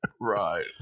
Right